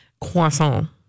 Croissant